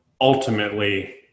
ultimately